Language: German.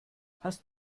hast